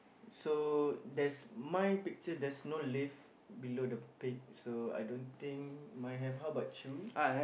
so there's my picture there's no leaf below the pig so I don't think mine have how about you